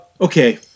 Okay